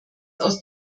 aus